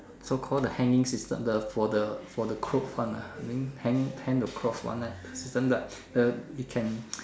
so called the hanging system the for the for the clothes one ah I mean hang hang hang the cloth one ah the system the the it can